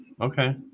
okay